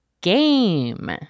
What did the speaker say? game